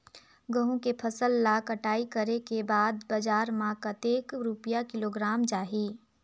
गंहू के फसल ला कटाई करे के बाद बजार मा कतेक रुपिया किलोग्राम जाही?